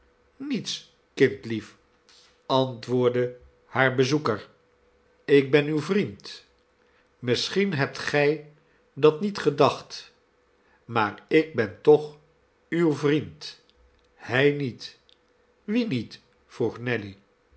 niets kindlief antwoordde haar bezoeker ik ben uw vriend misschien hebt gij dat niet gedacht maar ik ben toch uw vriend hij niet wie niet vroeg nelly